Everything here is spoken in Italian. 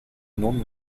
non